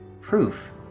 proof